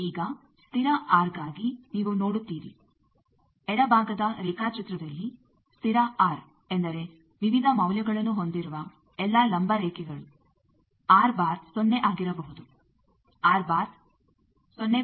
ಈಗ ಸ್ಥಿರ ಆರ್ಗಾಗಿ ನೀವು ನೋಡುತ್ತೀರಿ ಎಡಭಾಗದ ರೇಖಾಚಿತ್ರದಲ್ಲಿ ಸ್ಥಿರ ಆರ್ ಎಂದರೆ ವಿವಿಧ ಮೌಲ್ಯಗಳನ್ನು ಹೊಂದಿರುವ ಎಲ್ಲಾ ಲಂಬ ರೇಖೆಗಳು ಸೊನ್ನೆ ಆಗಿರಬಹುದು 0